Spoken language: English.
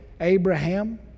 Abraham